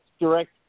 direct